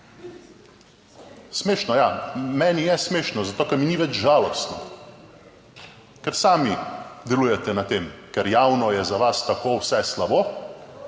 Smešno ja, meni je smešno, zato ker mi ni več žalostno, ker sami delujete na tem, ker javno je za vas tako vse slabo,